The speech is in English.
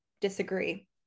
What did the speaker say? disagree